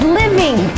living